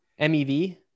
MEV